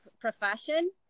profession